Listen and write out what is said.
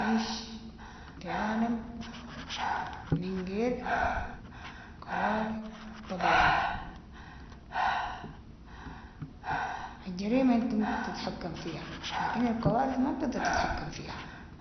نعيش في عالم من غير كوارث طبيعية، الجريمة انت ممكن تتحكم فيها، لكن الكوارث ما بتقدر تتحكم فيها.